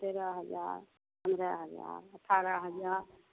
हाँ तेरह हजार पंद्रह हजार अठारह हजार